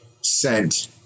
sent